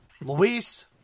Luis